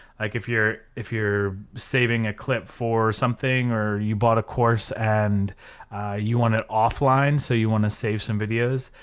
like if you're if you're saving a clip for something or you bought a course and you want it offline so you want to save some videos,